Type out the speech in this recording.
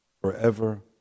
forever